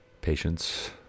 patience